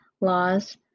laws